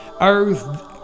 earth